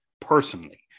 personally